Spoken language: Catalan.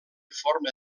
forma